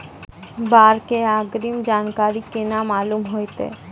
बाढ़ के अग्रिम जानकारी केना मालूम होइतै?